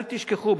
אל תשכחו,